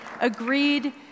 agreed